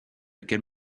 qu’elle